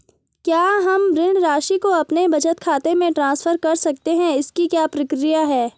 क्या हम ऋण राशि को अपने बचत खाते में ट्रांसफर कर सकते हैं इसकी क्या प्रक्रिया है?